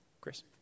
Chris